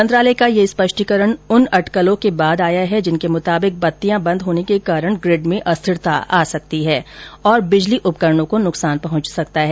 मंत्रालय का यह स्पष्टीकरण उन अटकलों के बाद आया है जिनके मुताबिक बत्तियां बंद होने के दौरान ग्रिड में अस्थिरता आ सकती है और बिजली उपकरणों को नुकसान पहुंच सकता है